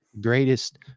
greatest